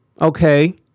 okay